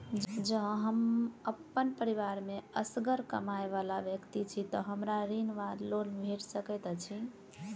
जँ हम अप्पन परिवार मे असगर कमाई वला व्यक्ति छी तऽ हमरा ऋण वा लोन भेट सकैत अछि?